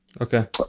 Okay